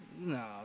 No